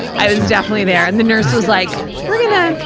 i was definitely there. and the nurse was like, we're gonna,